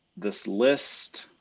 this list.